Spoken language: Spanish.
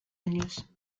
años